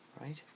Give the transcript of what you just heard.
Right